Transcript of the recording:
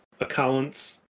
accounts